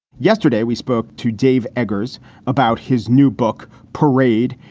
yesterday, we spoke to dave eggers about his new book, parade,